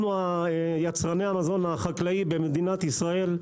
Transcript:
אנחנו יצרני המזון החקלאי במדינת ישראל,